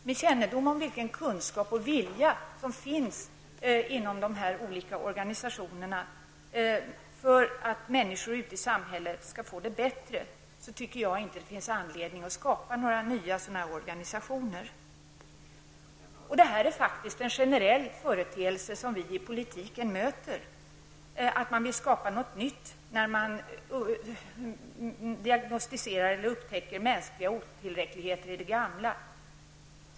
Med kännedom om vilken kunskap och vilja som finns inom dessa olika organisationer att förbättra för människorna ute i samhället finner jag inte någon anledning att skapa några nya organisationer. Det är en generell företeelse som vi inom politiken möter, att man vill skapa något nytt när man upptäcker mänskliga otillräckligheter i det gamla.